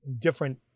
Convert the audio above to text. different